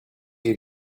you